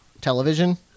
television